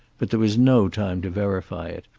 but there was no time to verify it.